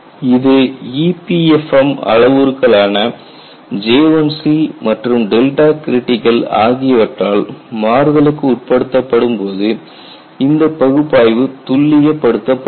இது EPFM அளவுருக்கள் ஆன J1C மற்றும் critical ஆகியவற்றால் மாறுதலுக்கு உட்படுத்தப்படும் போது இந்த பகுப்பாய்வு துல்லிய படுத்தப்படுகிறது